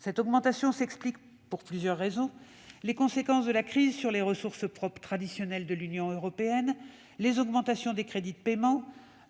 Cette augmentation tient à plusieurs facteurs : les conséquences de la crise sur les ressources propres traditionnelles de l'Union européenne, les augmentations des crédits de paiement,